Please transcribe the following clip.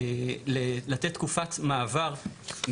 ההצעה השלישית,